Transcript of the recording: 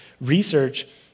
research